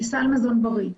סל מזון בריא,